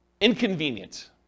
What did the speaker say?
inconvenient